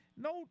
no